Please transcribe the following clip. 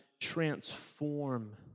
transform